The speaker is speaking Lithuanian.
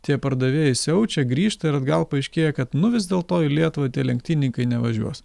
tie pardavėjai siaučia grįžta atgal paaiškėja kad nu vis dėl to į lietuvą tie lenktynininkai nevažiuos